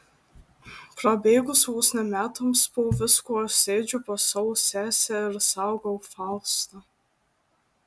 prabėgus vos ne metams po visko aš sėdžiu pas savo sesę ir saugau faustą